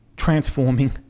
transforming